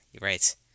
right